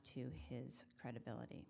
to his credibility